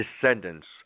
descendants